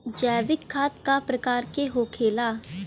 जैविक खाद का प्रकार के होखे ला?